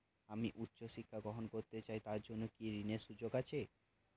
আমি উচ্চ শিক্ষা গ্রহণ করতে চাই তার জন্য কি ঋনের সুযোগ আছে?